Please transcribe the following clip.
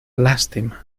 lástima